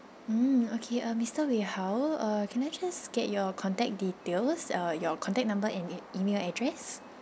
mm okay uh mister wee hao uh can I just get your contact details uh your contact number and e~ email address